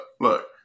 look